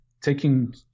taking